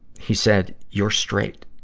he said you're straight.